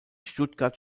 stuttgart